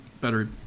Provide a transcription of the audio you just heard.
better